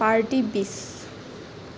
party beach